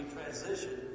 transition